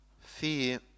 Fear